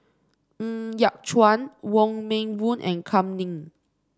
Ng Yat Chuan Wong Meng Voon and Kam Ning